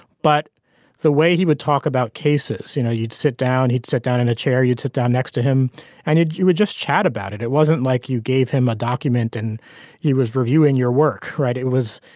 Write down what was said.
but the way he would talk about cases you know you'd sit down he'd sit down in a chair you'd sit down next to him and he'd you would just chat about it. it wasn't like you gave him a document and he was reviewing your work. right it was.